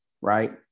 right